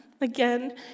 again